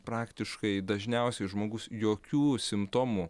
praktiškai dažniausiai žmogus jokių simptomų